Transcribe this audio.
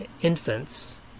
infants